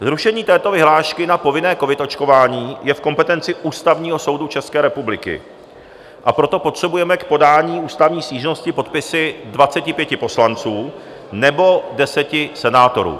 Zrušení této vyhlášky na povinné covid očkování je v kompetenci Ústavního soudu České republiky, a proto potřebujeme k podání ústavní stížnosti podpisy 25 poslanců nebo 10 senátorů.